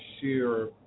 sheer